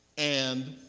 and